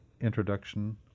introduction